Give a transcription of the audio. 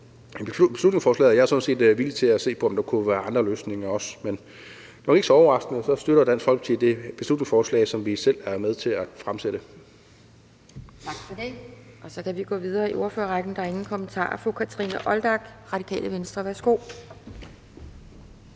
også villig til at se på, om der kunne være andre løsninger. Men nok ikke så overraskende støtter Dansk Folkeparti det beslutningsforslag, som vi selv er med til at fremsætte.